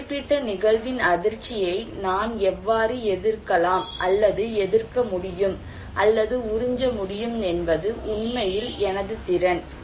ஒரு குறிப்பிட்ட நிகழ்வின் அதிர்ச்சியை நான் எவ்வாறு எதிர்க்கலாம் அல்லது எதிர்க்க முடியும் அல்லது உறிஞ்ச முடியும் என்பது உண்மையில் எனது திறன்